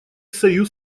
союз